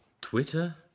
Twitter